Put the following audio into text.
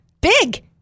big